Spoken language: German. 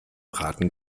braten